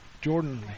Jordan